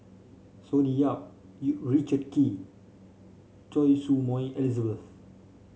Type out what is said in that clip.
Sonny Yap Richard Kee Choy Su Moi Elizabeth